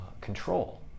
control